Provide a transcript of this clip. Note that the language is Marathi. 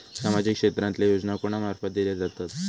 सामाजिक क्षेत्रांतले योजना कोणा मार्फत दिले जातत?